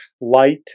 light